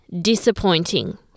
disappointing